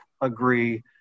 agree